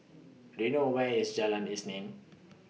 Do YOU know Where IS Jalan Isnin